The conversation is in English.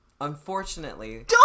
Unfortunately